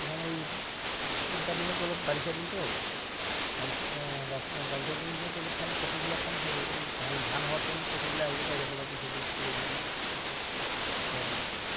এখন এই ইংকা দিনত অলপ বাৰিষা দিনতো বাৰিষা বাৰিষা দিনগিলাক অলপ মানি পক্ষীগিলা কম থাকে এই ধান ধান হোৱাৰ টাইমত পক্ষীগিলা আহিব চাৰিওফালৰ পক্ষীগিলা কিবাকিবি তোৰ